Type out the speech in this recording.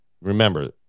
remember